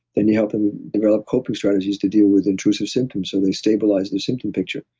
then you help them develop coping strategies to deal with intrusive symptoms, so they stabilize the symptom picture,